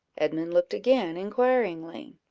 edmund looked again inquiringly.